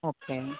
okay